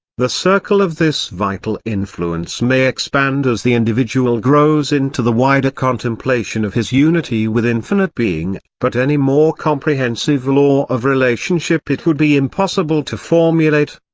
the circle of this vital influence may expand as the individual grows into the wider contemplation of his unity with infinite being but any more comprehensive law of relationship it would be impossible to formulate.